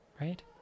right